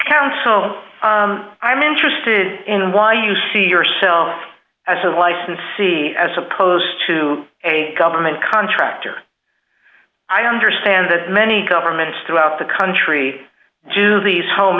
so i'm interested in why you see yourself as a licensee as opposed to a government contractor i understand that many governments throughout the country to these home